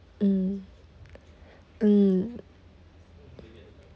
mm mm